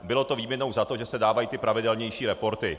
Bylo to výměnou za to, že se dávají ty pravidelnější reporty.